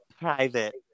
Private